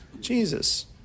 Jesus